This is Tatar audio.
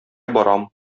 барам